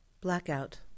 Blackout